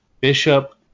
Bishop